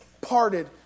parted